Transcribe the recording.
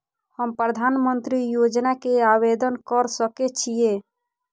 हम प्रधानमंत्री योजना के आवेदन कर सके छीये?